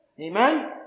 Amen